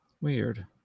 Weird